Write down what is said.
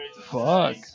Fuck